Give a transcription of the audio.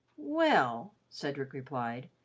well, cedric replied,